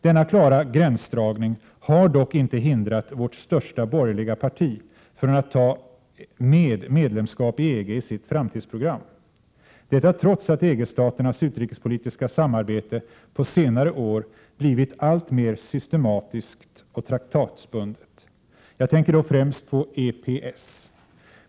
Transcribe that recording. Denna klara gränsdragning har dock inte hindrat vårt största borgerliga parti från att ta med medlemskap i EG i sitt framtidsprogram, detta trots att EG-staternas utrikespolitiska samarbete på senare år blivit alltmer systematiskt och traktatsbundet. Jag tänker då främst på EPS.